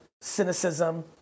cynicism